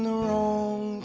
know